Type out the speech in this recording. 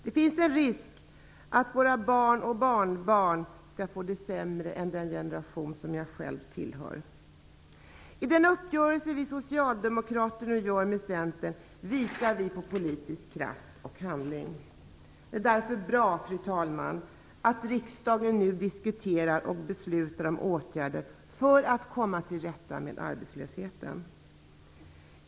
Det finns en risk att våra barn och barnbarn får det sämre än den generation som jag själv tillhör. I den uppgörelse som vi socialdemokrater nu träffar med Centern visar vi på politisk kraft och handling. Därför är det bra, fru talman, att riksdagen nu diskuterar och beslutar om åtgärder för att komma till rätta med arbetslösheten.